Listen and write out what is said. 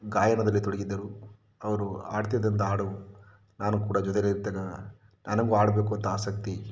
ಗಾಯನದಲ್ಲಿ ತೊಡಗಿದ್ದರು ಅವರು ಹಾಡ್ತಿದ್ದಂಥ ಹಾಡು ನಾನು ಕೂಡ ಜೊತೆಯಲ್ಲಿರ್ತೇನೆ ನನಗೂ ಆಡಬೇಕು ಅಂತ ಆಸಕ್ತಿ